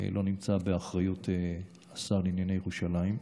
לא נמצא באחריות השר לענייני ירושלים,